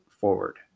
forward